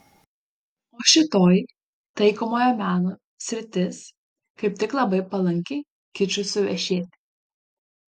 o šitoji taikomojo meno sritis kaip tik labai palanki kičui suvešėti